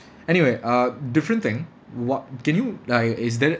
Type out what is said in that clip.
anyway uh different thing what can you like is there